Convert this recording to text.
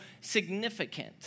significant